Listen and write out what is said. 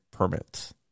permits